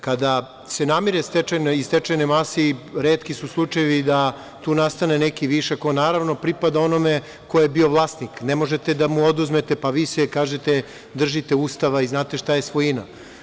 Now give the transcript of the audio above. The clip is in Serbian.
Kada se namire iz stečajne mase, retki su slučajevi da tu nastane neki višak koji, naravno, pripada onome ko je bio vlasnik, ne možete da mu oduzmete, pa vi se, kažete, držite Ustava i znate šta je svojina.